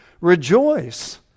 Rejoice